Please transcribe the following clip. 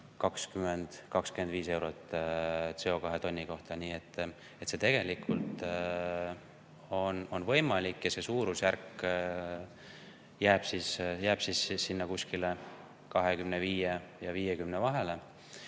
20–25 eurot CO2tonni kohta. Nii et see tegelikult on võimalik ja see suurusjärk jääb sinna kuskile 25 ja 50 vahele. Kui